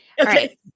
Okay